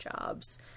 jobs